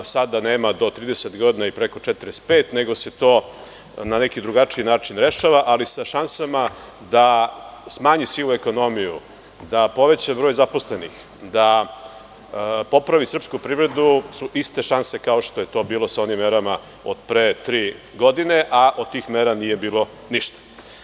Sada nemado 30 godina i preko 45, nego se to na drugačiji način rešava, ali sa šansama da smanji sivu ekonomiju, da poveća broj zaposlenih, da popravi srpsku privredu su iste šanse kao što je to bilo sa onim merama od pre tri godine, a od tih mera nije bilo ništa.